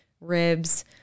ribs